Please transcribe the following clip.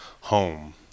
home